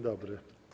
dobry.